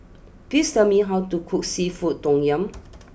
please tell me how to cook Seafood Tom Yum